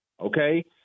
Okay